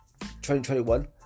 2021